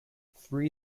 three